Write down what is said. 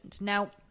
now